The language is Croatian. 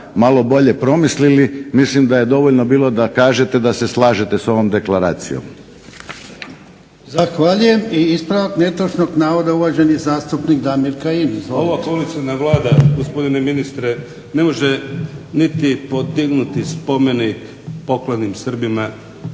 malo bolje promislili, mislim da je dovoljno bilo da kažete da se slažete s ovom deklaracijom. **Jarnjak, Ivan (HDZ)** Zahvaljujem. I ispravak netočnog navoda, uvaženi zastupnik Damir Kajin. Izvolite. **Kajin, Damir (IDS)** Ovo kolaciona Vlada gospodine ministre ne može niti podignuti spomenik pokojnim Srbima